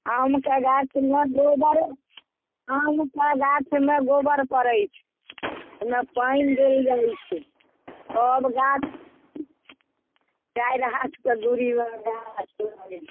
आमके गाछमे गोबर आमके गाछ्मे गोबर पड़ैत छै ओहिमे पानि देल जाइत छै आओर गाछ चारि हाथके दूरीमे गाछ से लगैत छै